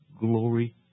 glory